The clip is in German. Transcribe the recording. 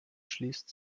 schließt